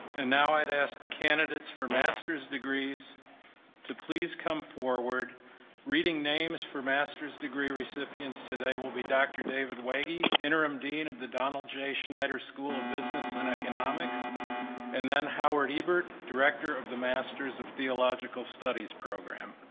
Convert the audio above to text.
and now i'd ask the candidates for master's degrees to please come forward reading names for masters degree recipients today will be dr. david wagga interim dean of the donald j snyder school of business and economics and then howard ebert director of the masters of theological studies program